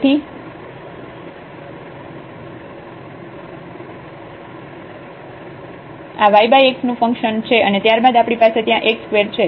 તેથી આ yx નું ફંક્શન છે અને ત્યાર બાદ આપણી પાસે ત્યાં x2 છે